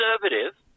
conservative